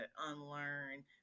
unlearn